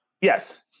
Yes